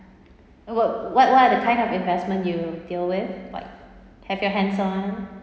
what what what are the type of investment do you deal with what have your hands on